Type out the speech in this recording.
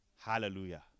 hallelujah